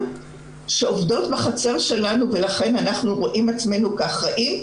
שעובדות בחצר שלנו ולכן אנחנו רואים עצמנו כאחראים,